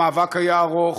המאבק היה ארוך,